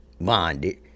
bonded